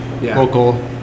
local